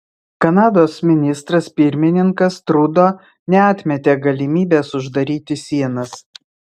kanados ministras pirmininkas trudo neatmetė galimybės uždaryti sienas